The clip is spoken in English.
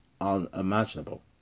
unimaginable